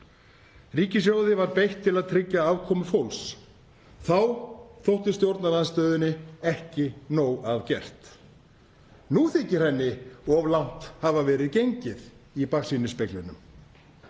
Ríkissjóði var beitt til að tryggja afkomu fólks. Þá þótti stjórnarandstöðunni ekki nóg að gert. Nú þykir henni of langt hafa verið gengið, í baksýnisspeglinum.